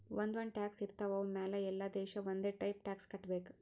ಒಂದ್ ಒಂದ್ ಟ್ಯಾಕ್ಸ್ ಇರ್ತಾವ್ ಅವು ಮ್ಯಾಲ ಎಲ್ಲಾ ದೇಶ ಒಂದೆ ಟೈಪ್ ಟ್ಯಾಕ್ಸ್ ಕಟ್ಟಬೇಕ್